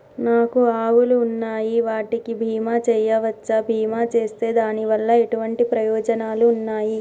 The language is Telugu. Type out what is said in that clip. నాకు ఆవులు ఉన్నాయి వాటికి బీమా చెయ్యవచ్చా? బీమా చేస్తే దాని వల్ల ఎటువంటి ప్రయోజనాలు ఉన్నాయి?